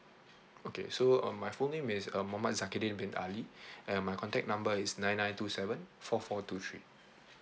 okay so um my full name is um muhammad zakidin bin ali and my contact number is nine nine two seven four four two three